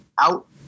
out